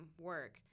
work